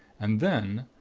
and then,